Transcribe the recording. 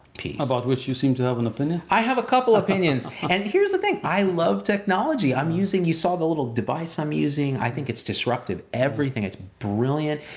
about which you seem to have an opinion. i have a couple opinions. and here's the thing, i love technology. i'm using, you saw the little device i'm using. i think it's disruptive, everything, it's brilliant.